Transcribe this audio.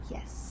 Yes